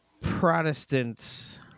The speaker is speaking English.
Protestants